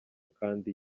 kandi